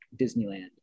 disneyland